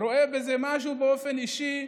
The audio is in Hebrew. רואה בזה משהו באופן אישי,